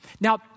Now